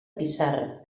pissarra